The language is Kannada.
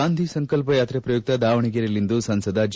ಗಾಂಧಿ ಸಂಕಲ್ಪ ಯಾಕ್ರ ಪ್ರಯುಕ್ತ ದಾವಣಗೆರೆಯಲ್ಲಿಂದು ಸಂಸದ ಜಿ